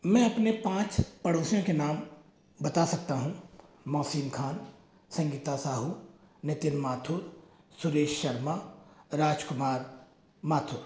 मैं अपने पाँच पड़ोसियों के नाम बता सकता हूँ मोहसिन खान संगीता साहू नितिन माथुर सुरेश शर्मा राजकुमार माथुर